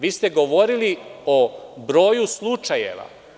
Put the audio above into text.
Vi ste govorili o broju slučajeva.